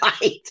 right